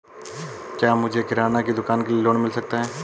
क्या मुझे किराना की दुकान के लिए लोंन मिल सकता है?